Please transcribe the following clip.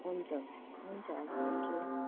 हुन्छ हुन्छ हुन्छ हवस् थ्याङ्क्यु